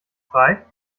frei